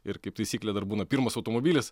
ir kaip taisyklė dar būna pirmas automobilis